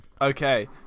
Okay